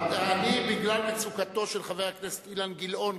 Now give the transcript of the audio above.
בגלל מצוקתו של חבר הכנסת אילן גילאון,